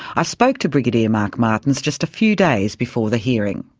i spoke to brigadier mark martins just a few days before the hearing.